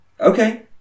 Okay